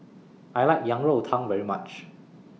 I like Yang Rou Tang very much